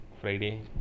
Friday